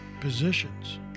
positions